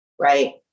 Right